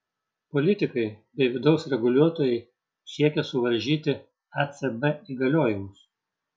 politikai bei vidaus reguliuotojai siekia suvaržyti ecb įgaliojimus